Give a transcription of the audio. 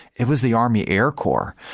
it was the army air corps,